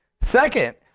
Second